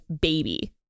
baby